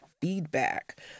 feedback